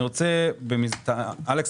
אלכס,